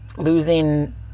Losing